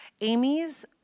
Amy's